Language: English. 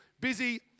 busy